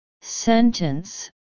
Sentence